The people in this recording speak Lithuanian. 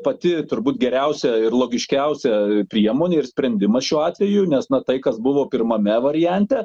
pati turbūt geriausia ir logiškiausia priemonė ir sprendimas šiuo atveju nes na tai kas buvo pirmame variante